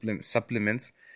supplements